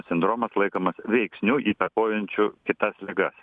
sindromas laikomas veiksniu įtakojančiu kitas ligas